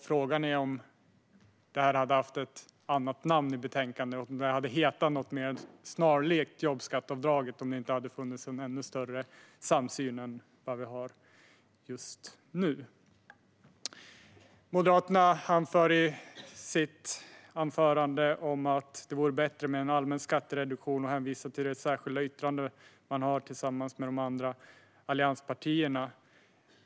Frågan är om vi hade haft en ännu större samsyn om det hade funnits ett annat namn i betänkandet och kallats för något mer snarlikt jobbskatteavdraget. Moderaterna anför att det vore bättre med en allmän skattereduktion och hänvisar till det särskilda yttrande som man har tillsammans med de andra allianspartierna.